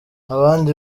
abandi